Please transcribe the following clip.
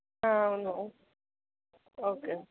అవును ఓకే